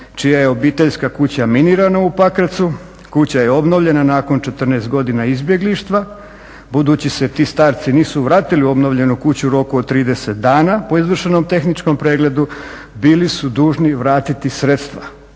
čija je obiteljska kuća minirana u Pakracu, kuća je obnovljena nakon 14 godina izbjeglištva, budući se ti starci nisu vratili u obnovljenu kuću u roku od 30 dana po izvršenom tehničkom predmetu bili su dužni vratiti sredstva.